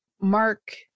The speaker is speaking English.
Mark